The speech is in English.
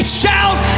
shout